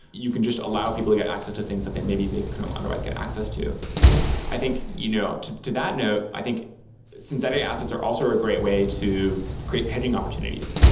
you can just allow people get access to things that maybe they couldn't otherwise get access to i think you know to to that note, i think synthetic assets are also a great way to create hedging opportunities.